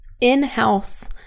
In-house